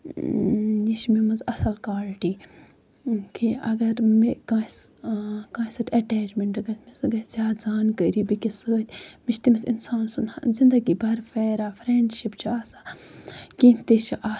اۭں یہِ چھُ مےٚ منٛز اَصٕل کالٹی کہ اَگر مےٚ کٲنٛسہِ کٲنٛسہِ سۭتۍ اٹیچمیٚنٹ گژھِ ہا زانٛکٲری بیٚکِس سۭتۍ مےٚ چھُ تٔمِس اِنسان سُند زِندگی بر فیران فرینڈشِپ چھِ آسان کیٚنٛہہ تہِ چھِ آسان